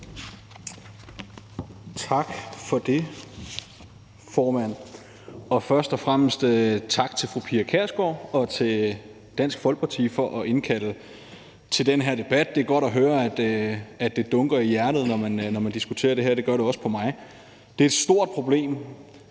Tak for det, formand, og først og fremmest tak til fru Pia Kjærsgaard og Dansk Folkeparti for at indkalde til den her debat. Det er godt at høre, at det dunker i hjertet, når man diskuterer det her. Det gør det også hos mig. Det er et stort problem,